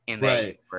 right